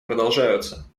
продолжаются